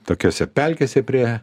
tokiose pelkėse prie